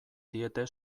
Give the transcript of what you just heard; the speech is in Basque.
diete